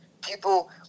people